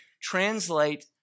translate